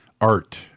art